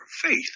faith